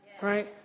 Right